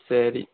சரி